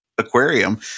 aquarium